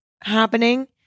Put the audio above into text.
happening